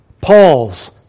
Paul's